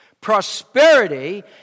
Prosperity